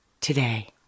today